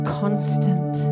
constant